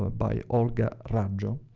ah by olga raggio,